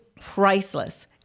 priceless